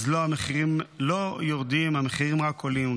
אז לא, המחירים לא יורדים, המחירים רק עולים.